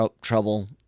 trouble